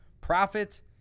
profit